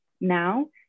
now